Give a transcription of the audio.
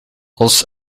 als